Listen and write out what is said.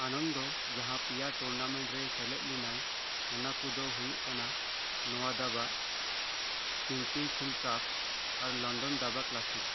ᱟᱱᱚᱱᱫᱚ ᱡᱟᱦᱟᱸ ᱯᱮᱭᱟ tournament ᱨᱮ ᱥᱮᱞᱮᱫ ᱞᱮᱱᱟᱭ ᱚᱱᱟ ᱠᱚᱫᱚ ᱦᱳᱭᱳᱜ ᱠᱟᱱᱟ ᱱᱚᱶᱟ ᱫᱟᱵᱟ ᱥᱤᱝᱠᱯᱷᱤᱞᱰ ᱠᱟᱯ ᱟᱨ ᱞᱚᱱᱰᱚᱱ ᱫᱟᱵᱟ ᱠᱞᱟᱥᱤᱠ